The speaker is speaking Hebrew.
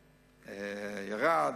ירד,